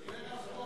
קרקעות,